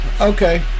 Okay